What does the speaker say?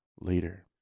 Later